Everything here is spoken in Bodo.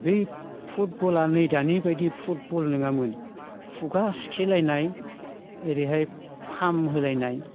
बै फुटबला नै दानि बायदि फुटबल नङामोन खुगा सुथेलायनाय ओरैहाय फाम होलायनाय